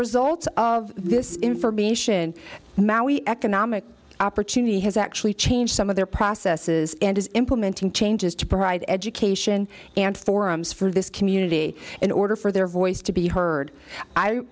result of this information maui economic opportunity has actually changed some of their processes and is implementing changes to provide education and forums for this community in order for their voice to be heard i